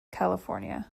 california